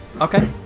Okay